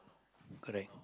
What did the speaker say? correct